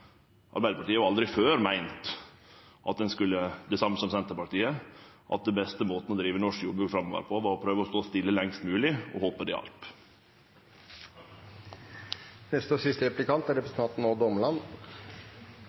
Arbeidarpartiet har jo aldri før meint det same som Senterpartiet, at den beste måten å drive norsk jordbruk framover på var å prøve å stå stille lengst mogleg og håpe det hjelpte. Vi hørte etter avgivelsen og også nå i innlegget til statsråden her i dag at han er